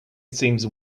seems